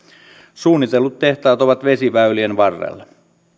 suunnitellut tehtaat ovat vesiväylien varrella